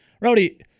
Rowdy